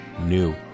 New